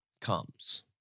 comes